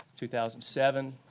2007